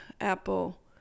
Apple